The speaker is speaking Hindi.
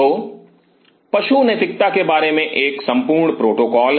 तो पशु नैतिकता के बारे में एक संपूर्ण प्रोटोकॉल है